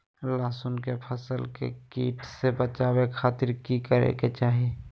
लहसुन के फसल के कीट से बचावे खातिर की करे के चाही?